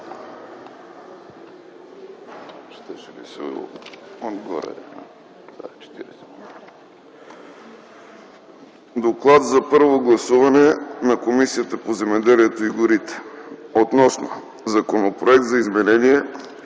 „ДОКЛАД за първо гласуване на Комисията по земеделието и горите относно Законопроект за изменение